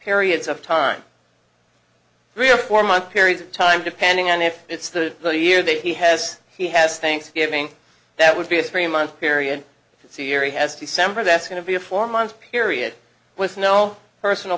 periods of time three or four month periods of time depending on if it's the year that he has he has thanksgiving that would be a spree month period it's a year he has december that's going to be a four month period with no personal